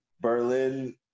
Berlin